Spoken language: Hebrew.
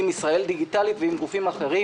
עם "ישראל דיגיטלית" ועם גופים אחרים,